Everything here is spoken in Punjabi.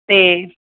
ਤੇ